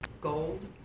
gold